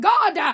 God